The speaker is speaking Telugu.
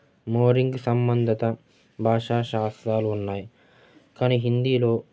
మోరింగ్ సంబంధత భాషా శాస్త్రాలు ఉన్నాయి కానీ హిందీలో